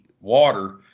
water